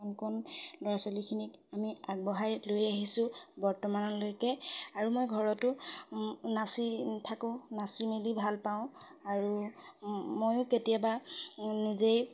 কণ কণ ল'ৰা ছোৱালীখিনিক আমি আগবঢ়াই লৈ আহিছোঁ বৰ্তমানলৈকে আৰু মই ঘৰতো নাচি থাকোঁ নাচি মেলি ভাল পাওঁ আৰু ময়ো কেতিয়াবা নিজে